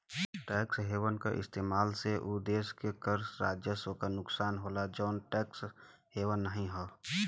tax haven क इस्तेमाल से उ देश के कर राजस्व क नुकसान होला जौन टैक्स हेवन नाहीं हौ